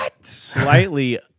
slightly